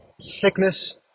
sickness